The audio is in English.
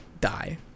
die